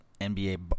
NBA